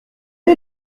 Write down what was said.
est